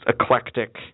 eclectic